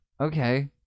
Okay